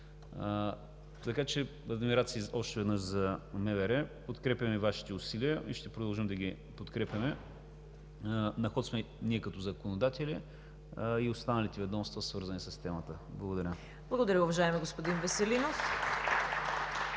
Така че адмирации още веднъж за МВР. Подкрепяме Вашите усилия и ще продължим да ги подкрепяме. На ход сме ние като законодатели и останалите ведомства, свързани с темата. Благодаря. (Ръкопляскания.)